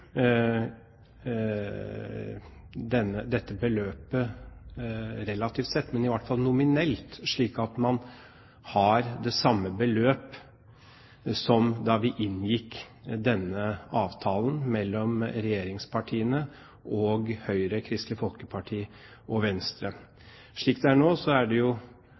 den er ikke svært attraktiv. Jeg har lyst til å utfordre finansministeren på at man i de kommende budsjetter ikke øker dette beløpet relativt sett, men i hvert fall nominelt, slik at man har det samme beløp som da vi inngikk denne avtalen mellom regjeringspartiene og Høyre, Kristelig Folkeparti